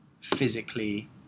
physically